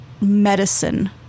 medicine